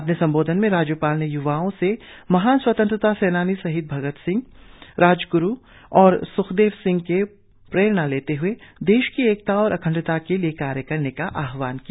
अपने संबोधन में राज्यपाल ने य्वाओं से महान स्वतंतत्रा सेनानी शहीद भगत सिंह राजग्रु और स्खदेव सिंह से प्रेरणा लेते हए देश की एकता और अखंडता के लिए कार्य करने का आहवान किया